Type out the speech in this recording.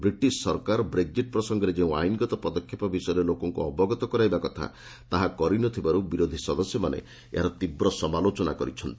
British ସରକାର Brexit ପ୍ରସଙ୍ଗରେ ଯେଉଁ ଆଇନଗତ ପଦକ୍ଷେପ ବିଷୟରେ ଲୋକଙ୍କୁ ଅବଗତ କରାଇବା କଥା ତାହା କରିନଥିବାରୁ ବିରୋଧୀ ସଦସ୍ୟମାନେ ଏହାର ତୀବ୍ର ସମାଲୋଚନା କରିଛନ୍ତି